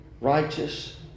righteous